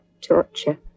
torture